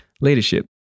leadership